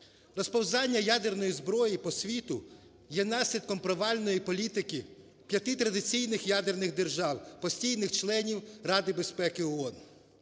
Розповзання ядерної зброї по світу є наслідком провальної політики п'яти традиційних ядерних держав, постійних членів Ради безпеки ООН.